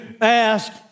ask